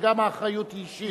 שגם האחריות היא אישית,